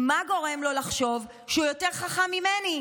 מה גורם לו לחשוב שהוא יותר חכם ממני?